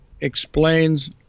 explains